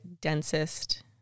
densest